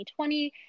2020